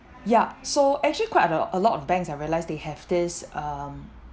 ya so actually quite a lo~ a lot of banks I realize they have this um